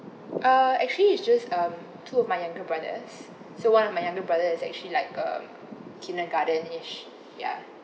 uh actually it's just um two of my younger brothers so one of my younger brother is actually like um kindergarten age ya